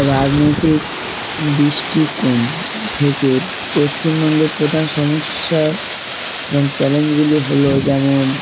রাজনৈতিক দৃষ্টিকোণ থেকে পশ্চিমবঙ্গের প্রধান সমস্যা এবং চ্যালেঞ্জগুলি হলো যেমন